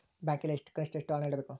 ಬ್ಯಾಂಕಿನಲ್ಲಿ ಕನಿಷ್ಟ ಎಷ್ಟು ಹಣ ಇಡಬೇಕು?